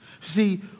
See